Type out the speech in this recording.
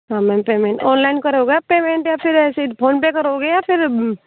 हाँ ma'am payment online करोगे आप पेमेंट या फिर ऐसे ही फोन पे करोगे या फिर